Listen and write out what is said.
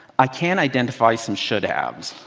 i can identify some should haves.